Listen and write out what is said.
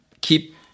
keep